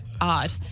odd